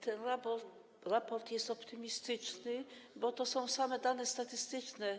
Ten raport jest optymistyczny, bo to są same dane statystyczne.